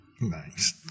Nice